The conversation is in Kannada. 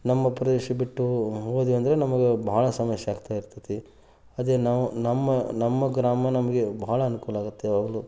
ನಮ್ಮ ಪ್ರದೇಶ ಬಿಟ್ಟು ಹೋದ್ವಿ ಅಂದರೆ ನಮಗೆ ಭಾಳ ಸಮಸ್ಯೆ ಆಗ್ತಾ ಇರ್ತದೆ ಅದೇ ನಾವು ನಮ್ಮ ನಮ್ಮ ಗ್ರಾಮ ನಮಗೆ ಬಹಳ ಅನುಕೂಲ ಆಗುತ್ತೆ ಯಾವಾಗಲೂ